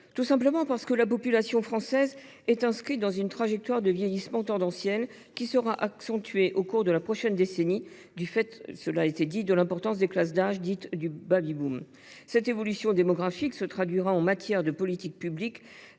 la simple raison que la population française est inscrite dans une trajectoire de vieillissement tendanciel, laquelle va s’accentuer au cours de la prochaine décennie du fait de l’importance des classes d’âge issues du. Cette évolution démographique se traduira, en matière de politiques publiques